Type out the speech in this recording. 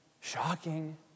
shocking